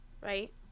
right